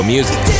Music